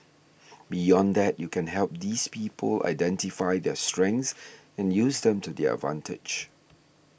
beyond that you can help these people identify their strengths and use them to their advantage